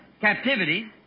captivity